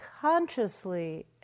consciously